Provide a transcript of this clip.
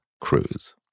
cruise